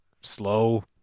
Slow